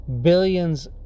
billions